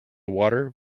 water